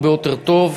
הרבה יותר טוב,